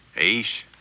Ace